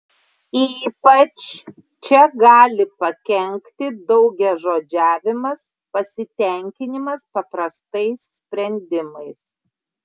ypač čia gali pakenkti daugiažodžiavimas pasitenkinimas paprastais sprendimais